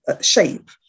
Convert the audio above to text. shape